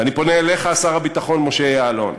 ואני פונה אליך, שר הביטחון משה יעלון.